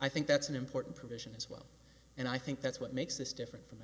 i think that's an important provision as well and i think that's what makes this different from